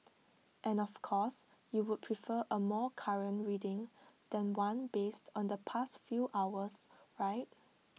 and of course you would prefer A more current reading than one based on the past few hours right